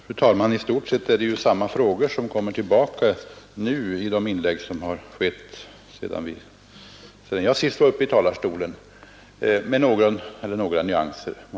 Fru talman! Det är i stort sett samma frågor som ställts nu som när jag senast var uppe i talarstolen, måhända med någon eller några nyanser.